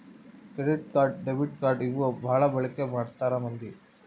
credit card debit card ಇವು ಬಾಳ ಬಳಿಕಿ ಮಾಡ್ತಾರ ಮಂದಿ